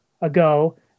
ago